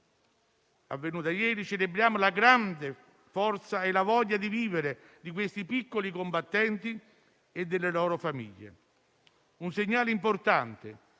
ieri abbiamo celebrato la grande forza e la voglia di vivere di questi piccoli combattenti e delle loro famiglie. È un segnale importante,